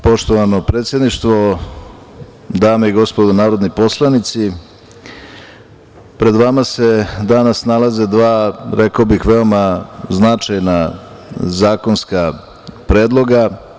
Poštovano predsedništvo, dame i gospodo narodni poslanici, pred vama se danas nalaze dva, rekao bih, veoma značajna zakonska predloga.